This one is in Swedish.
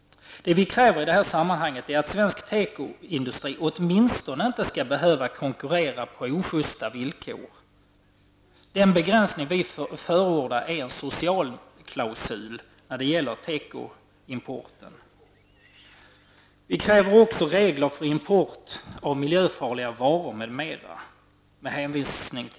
Vad vi kräver i detta sammanhang är att svensk tekoindustri åtminstone inte skall behöva konkurrera på ojusta villkor. Den begränsning vi förordar är en socialklausul vad gäller tekoimporten. Med hänvisning till vad jag har sagt tidigare kräver vi också regler för import av miljöfarliga varor m.m.